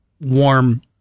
warm